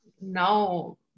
now